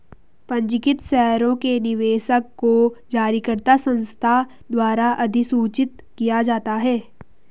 पंजीकृत शेयरों के निवेशक को जारीकर्ता संस्था द्वारा अधिसूचित किया जाता है